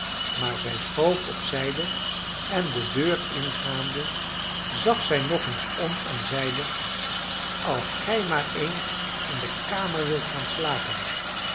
maar zij schoof op zijde en de deur ingaande zag zij nog eens om en zeide als gij maar eens in de kamer wilt gaan slapen